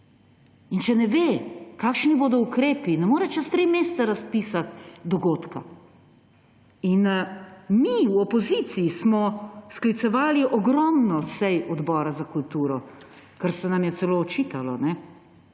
In če ne ve, kakšni bodo ukrepi, ne more čez tri mesece razpisati dogodka. Mi, v opoziciji smo sklicevali ogromno sej Odbora za kulturo, kar se nam je celo očitalo.